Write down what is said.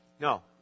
No